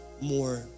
more